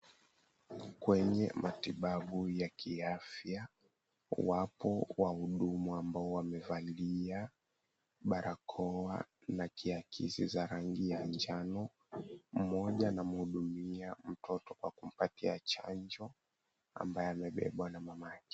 Kwenye matibabu ya kiafya, wapo wahudumu ambao wamevalia barakoa na kiakisi za rangi ya njano. Mmoja anamhudumia mtoto kwa kumpatia chanjo ambaye amebebwa na mamake.